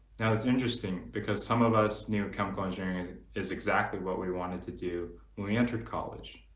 now it's interesting because some of us knew chemical engineering is is exactly what we wanted to do when we entered college,